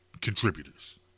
contributors